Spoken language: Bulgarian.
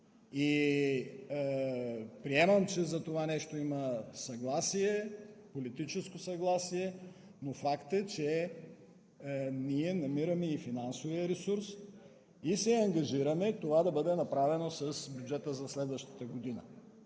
Приемам, че за това нещо има политическо съгласие, но факт е, че ние намираме и финансовия ресурс и се ангажираме това да бъде направено с бюджета за следващата година.